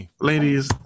Ladies